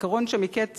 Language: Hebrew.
זיכרון שמקץ